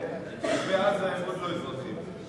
תושבי עזה הם עוד לא אזרחים.